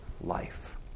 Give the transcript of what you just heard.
life